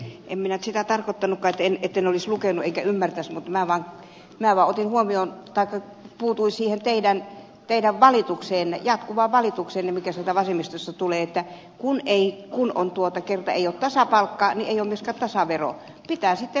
en minä nyt sitä tarkoittanutkaan etten olisi lukenut enkä ymmärtäisi mutta minä vaan puutuin siihen teidän jatkuvaan valitukseenne mikä sieltä vasemmistosta tulee että kun kerta ei ole tasapalkkaa niin ei ole myöskään tasaveroa